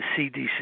CDC